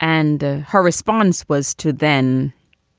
and her response was to then